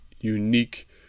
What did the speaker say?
unique